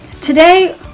Today